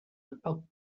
about